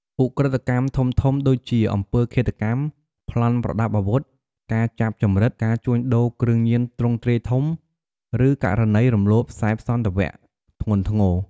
ឧក្រិដ្ឋកម្មធំៗ ដូចជា អំពើឃាតកម្ម ប្លន់ប្រដាប់អាវុធ ការចាប់ជំរិត ការជួញដូរគ្រឿងញៀនទ្រង់ទ្រាយធំ ឬករណីរំលោភសេពសន្ថវៈធ្ងន់ធ្ងរ។